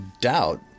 doubt